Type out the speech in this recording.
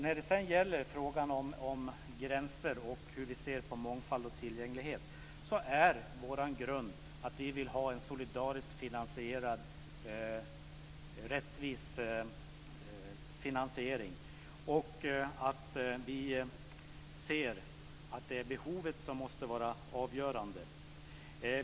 Vad sedan gäller frågan om gränser och vår syn på mångfald och tillgänglighet vill jag säga att vi vill ha en solidarisk och rättvis finansiering. Vi menar att behovet måste vara avgörande.